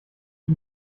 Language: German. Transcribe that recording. die